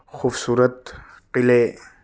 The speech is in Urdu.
خوبصورت قلعے